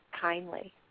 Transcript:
kindly